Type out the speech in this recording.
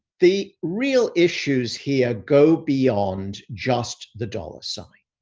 the real issues here go beyond just the dollar sign.